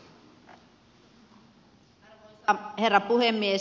arvoisa herra puhemies